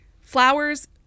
Flowers